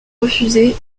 refusé